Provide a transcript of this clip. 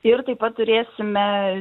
ir taip pat turėsime